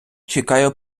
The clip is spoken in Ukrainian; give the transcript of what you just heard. чекаю